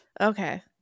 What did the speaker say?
Okay